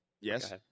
Yes